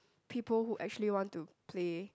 people who actually want to play